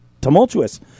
tumultuous